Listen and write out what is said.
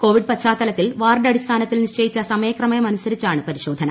Covid പശ്ചാത്തല ത്തിൽ വാർഡടിസ്ഥാനത്തിൽ നിശ്ചയിച്ച സമയക്രമമനുസരി ച്ചാണ് പരിശോധന